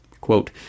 quote